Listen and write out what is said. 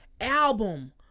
album